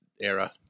era